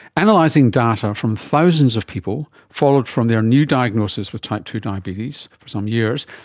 analysing data from thousands of people, followed from their new diagnosis with type two diabetes for some years,